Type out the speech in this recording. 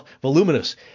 voluminous